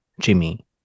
Jimmy